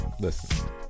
listen